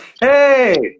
Hey